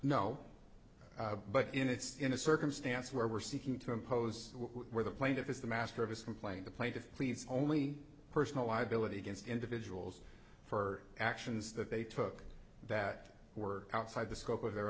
no but in it's in a circumstance where we're seeking to impose where the plaintiff is the master of his complaint the plaintiff pleads only personal liability against individuals for actions that they took that were outside the scope of their